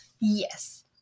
Yes